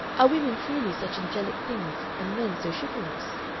are women truly such angelic things and men so chivalrous?